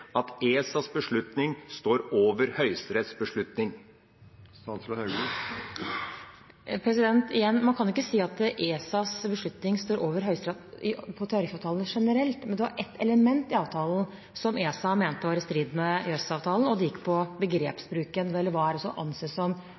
at ESAs beslutning står over Høyesteretts beslutning? Igjen: Man kan ikke si at ESAs beslutning står over Høyesterett når det gjelder tariffavtalene generelt, men det var ett element i avtalen som ESA mente var i strid med EØS-avtalen, og det gikk på begrepsbruken, eller hva det er som anses som lønn. Skal reise, kost og losji være ansett som